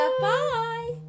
bye